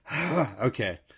okay